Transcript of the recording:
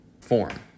form